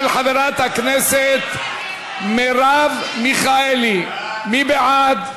של חברת הכנסת מרב מיכאלי, מי בעד?